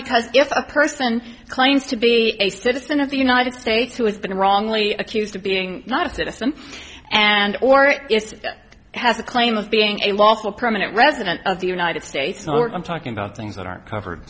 because if a person claims to be a citizen of the united states who has been wrongly accused of being not innocent and or has a claim of being a lawful permanent resident of the united states i'm talking about things that aren't covered